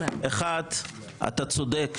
אחת, אתה צודק.